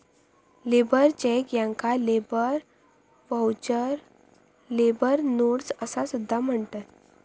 labour cheque याका labour voucher, labour notes असा सुद्धा म्हणतत